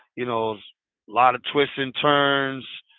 you know lot of twists and turns,